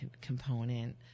component